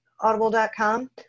audible.com